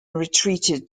retreated